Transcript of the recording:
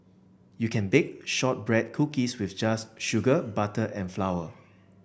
you can bake shortbread cookies with just sugar butter and flour